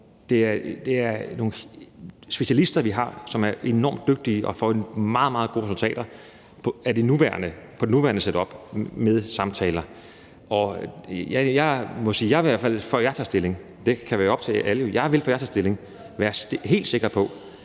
Det er nogle specialister, vi har, som er enormt dygtige og får meget, meget gode resultater i det nuværende setup med samtaler. Og jeg må sige, at jeg i hvert fald, før jeg tager stilling – det kan være op til alle – vil være helt sikker på,